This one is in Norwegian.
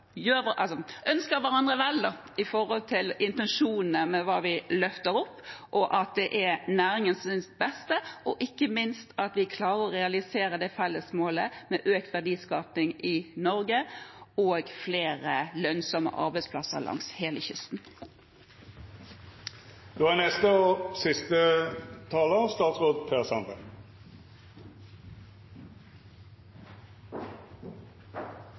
ønsker hverandre vel med hensyn til intensjonene med hva vi løfter opp, at det er til næringens beste, og ikke minst at vi klarer å realisere våre felles mål om økt verdiskaping i Norge og flere lønnsomme arbeidsplasser langs hele kysten. Jeg er